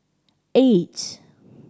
eight